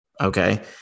Okay